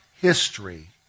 history